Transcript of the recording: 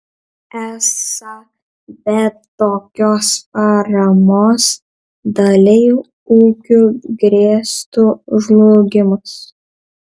esą be tokios paramos daliai ūkių grėstų žlugimas